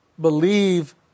believe